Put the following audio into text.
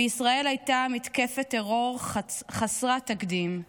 בישראל הייתה מתקפת טרור חסרת תקדים,